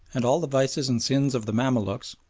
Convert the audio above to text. and all the vices and sins of the mamaluks,